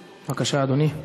בבקשה, אדוני.